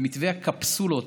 במתווה הקפסולות,